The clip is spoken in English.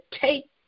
take